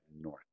North